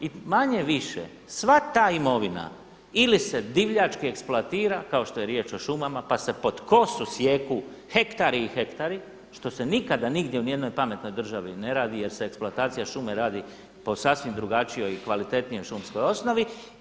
I manje-više sva ta imovina ili se divljački eksploatira kao što je riječ o šumama pa se pod kosu sijeku hektari i hektari što se nikada nigdje u ni jednoj pametnoj državi ne radi jer se eksploatacija šume radi po sasvim drugačijoj i kvalitetnijoj šumskoj osnovi.